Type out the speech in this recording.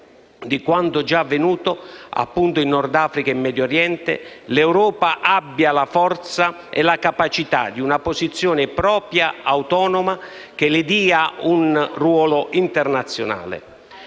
di quanto già avvenuto in Nord Africa e in Medio Oriente, l'Europa abbia la forza e la capacità di una posizione propria e autonoma, che le dia un ruolo internazionale.